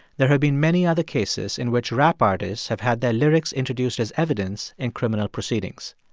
there have been many other cases in which rap artists have had their lyrics introduced as evidence in criminal proceedings.